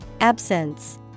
Absence